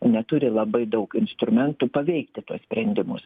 neturi labai daug instrumentų paveikti tuos sprendimus